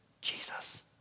Jesus